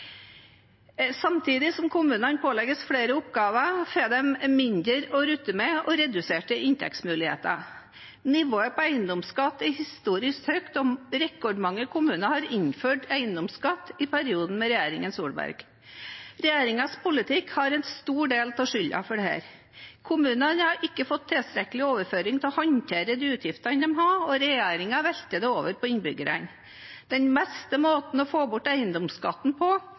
Samtidig som kommunene pålegges flere oppgaver, får de mindre å rutte med og reduserte inntektsmuligheter. Nivået på eiendomsskatt er historisk høyt, og rekordmange kommuner har innført eiendomsskatt i perioden med regjeringen Solberg. Regjeringens politikk har en stor del av skylden for dette. Kommunene har ikke fått tilstrekkelig overføring til å håndtere de utgiftene de har, og regjeringen velter det over på innbyggerne. Den beste måten å få bort eiendomsskatten på,